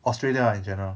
australia ah in general